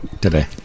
Today